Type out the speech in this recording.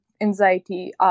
anxiety